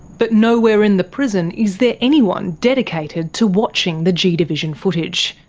but nowhere in the prison is there anyone dedicated to watching the g division footage.